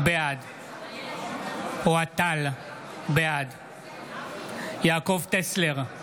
בעד אוהד טל, בעד יעקב טסלר,